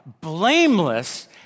blameless